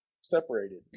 separated